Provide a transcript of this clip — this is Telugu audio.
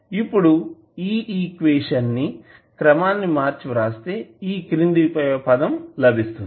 ఇప్పుడు ఈ ఈక్వేషన్ క్రమాన్ని మర్చి రాస్తే ఈ క్రింది పదం లభిస్తుంది